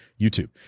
YouTube